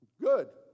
Good